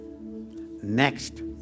Next